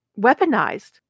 weaponized